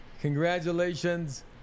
Congratulations